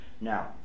Now